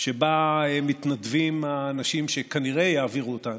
שבה מתנדבים האנשים שכנראה יעבירו אותה,